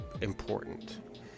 important